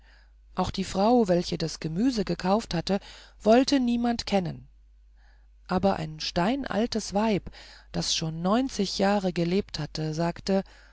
auch die frau welche das gemüse gekauft hatte wollte niemand kennen aber ein steinaltes weib die schon neunzig jahre gelebt hatte sagte